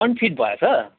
unfit भएछ